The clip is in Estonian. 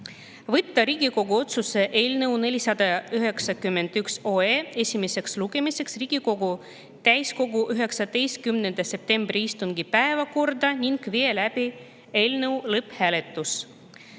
Võtta Riigikogu otsuse eelnõu 491 esimeseks lugemiseks Riigikogu täiskogu 19. septembri istungi päevakorda ning viia läbi eelnõu lõpphääletus.